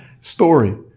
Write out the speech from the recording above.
story